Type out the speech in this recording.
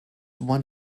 one